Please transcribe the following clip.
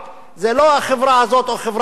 זה לא החברה הזאת או חברה אחרת.